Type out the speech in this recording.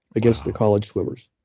against the college swimmers.